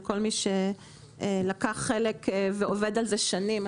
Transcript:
לכל מי שלקח חלק ועובד על זה שנים.